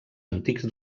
antics